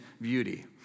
beauty